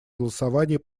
голосовании